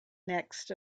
next